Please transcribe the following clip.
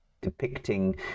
depicting